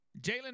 Jalen